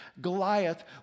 Goliath